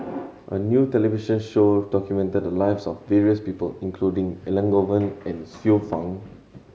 a new television show documented the lives of various people including Elangovan and Xiu Fang